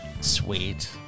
Sweet